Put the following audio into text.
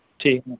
ਠੀਕ ਮੈਮ